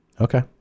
Okay